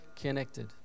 connected